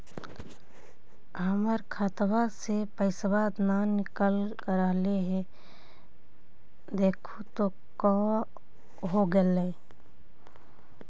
हमर खतवा से पैसा न निकल रहले हे देखु तो का होगेले?